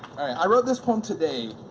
i wrote this poem today,